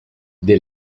the